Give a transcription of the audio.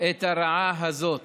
את הרעה הזאת.